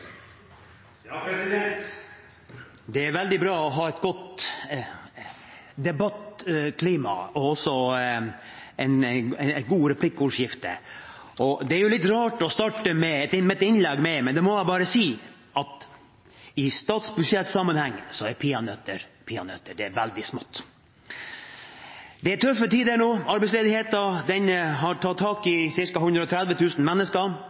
Det er veldig bra å ha et godt debattklima og et godt replikkordskifte. Dette er det litt rart å starte et innlegg med, men jeg må bare si at i statsbudsjettsammenheng er peanøtter peanøtter – det er veldig smått. Det er tøffe tider nå. Arbeidsledigheten har tatt tak i ca. 130 000 mennesker